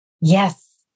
Yes